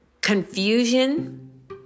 confusion